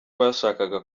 bashakaga